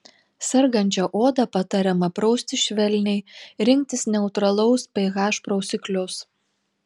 sergančią odą patariama prausti švelniai rinktis neutralaus ph prausiklius